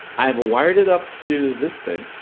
i have wired it up to this thing,